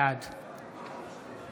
בעד